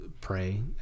pray